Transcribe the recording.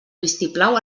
vistiplau